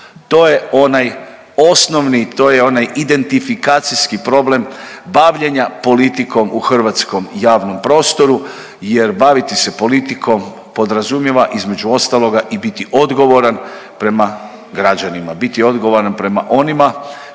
To je onaj osnovni, to je onaj identifikacijski problem bavljenja politikom u Hrvatskom javnom prostoru jer baviti se politikom podrazumijeva između ostaloga i biti odgovoran prema građanima, biti odgovoran prema onima